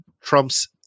Trump's